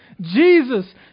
Jesus